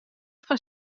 fan